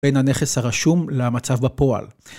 בין הנכס הרשום למצב בפועל.